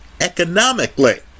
economically